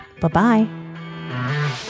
Bye-bye